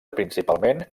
principalment